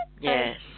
Yes